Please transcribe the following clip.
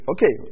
Okay